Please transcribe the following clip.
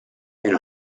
and